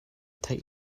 theih